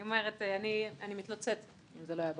אני מתנצלת אם זה לא היה ברור.